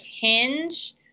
Hinge